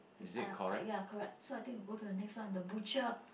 uh uh ya correct so I think we go to the next one the butcher